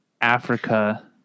africa